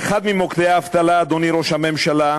באותם מוקדי אבטלה, אדוני ראש הממשלה,